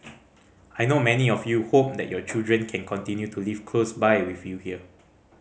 I know many of you home that your children can continue to live close by with you here